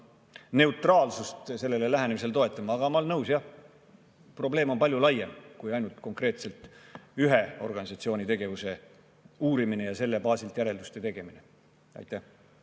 neutraalsust sellele lähenemisele. Aga ma olen nõus, jah, probleem on palju laiem kui ainult konkreetselt ühe organisatsiooni tegevuse uurimine ja selle baasilt järelduste tegemine. Anti